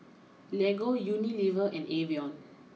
Lego Unilever and Evian